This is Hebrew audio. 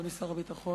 אדוני שר הביטחון,